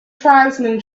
tribesmen